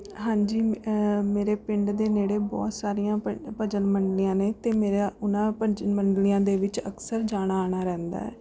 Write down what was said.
ਹਾਂਜੀ ਮੇਰੇ ਪਿੰਡ ਦੇ ਨੇੜੇ ਬਹੁਤ ਸਾਰੀਆਂ ਭ ਭਜਨ ਮੰਡਲੀਆਂ ਨੇ ਅਤੇ ਮੇਰਾ ਉਹਨਾਂ ਭਜਨ ਮੰਡਲੀਆਂ ਦੇ ਵਿੱਚ ਅਕਸਰ ਜਾਣਾ ਆਉਣਾ ਰਹਿੰਦਾ ਹੈ